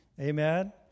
Amen